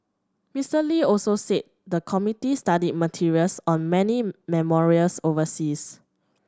Mister Lee also said the committee studied materials on many memorials overseas